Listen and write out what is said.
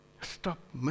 Stop